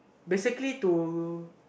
basically to